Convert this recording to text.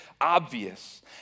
obvious